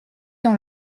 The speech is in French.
dans